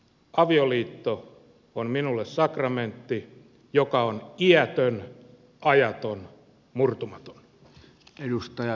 avioliitto on minulle sakramentti joka on iätön ajaton murtumaton